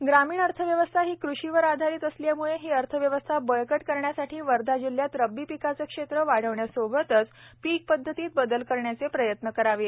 वर्धा ग्रामीण अर्थव्यवस्था ही कृषीवर आधारित असल्यामुळे ही अर्थव्यवस्था बळकट करण्यासाठी वर्धा जिल्ह्यात रब्बी पिकाचे क्षेत्र वाढविण्यासोबतच पिक पद्धतीत बदल करण्याचे प्रयत्न करावे